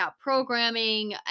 programming